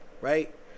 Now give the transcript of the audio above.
right